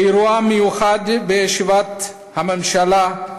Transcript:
באירוע מיוחד בישיבת הממשלה,